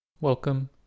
Welcome